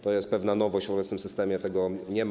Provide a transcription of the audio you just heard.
To jest pewna nowość, w obecnym systemie tego nie ma.